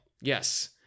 Yes